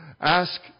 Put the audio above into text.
Ask